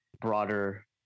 broader